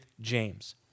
James